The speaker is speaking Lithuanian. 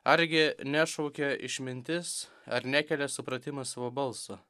argi nešaukia išmintis ar nekelia supratimas savo balso